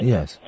Yes